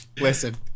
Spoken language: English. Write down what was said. Listen